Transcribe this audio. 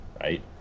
Right